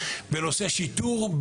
בנושא שיטור,